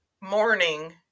morning